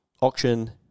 auction